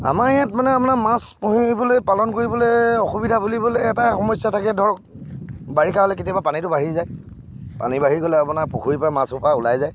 আমাৰ ইয়াত মানে আপোনাৰ মাছ পুহিবলৈ পালন কৰিবলৈ অসুবিধা বুলিবলৈ এটাই সমস্যা থাকে ধৰক বাৰিষা হ'লে কেতিয়াবা পানীটো বাঢ়ি যায় পানী বাঢ়ি গ'লে আপোনাৰ পুখুৰীৰ পৰা মাছসোপা ওলাই যায়